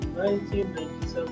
1997